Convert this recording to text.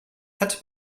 hat